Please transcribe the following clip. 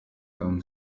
own